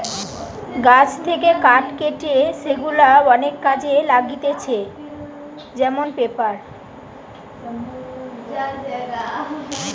গাছ থেকে কাঠ কেটে সেগুলা অনেক কাজে লাগতিছে যেমন পেপার